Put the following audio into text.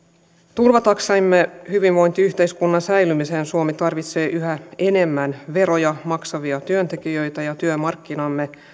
turvataksemme hyvinvointiyhteiskunnan säilymisen suomi tarvitsee yhä enemmän veroja maksavia työntekijöitä työmarkkinamme